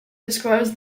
describes